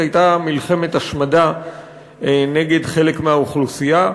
הייתה מלחמת השמדה נגד חלק מהאוכלוסייה,